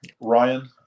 Ryan